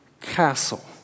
castle